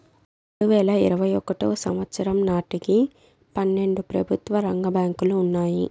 రెండువేల ఇరవై ఒకటో సంవచ్చరం నాటికి పన్నెండు ప్రభుత్వ రంగ బ్యాంకులు ఉన్నాయి